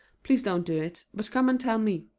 please don't do it, but come and tell me.